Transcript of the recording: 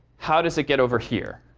how does it get over here